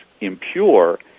impure